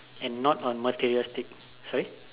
and not on materialistic sorry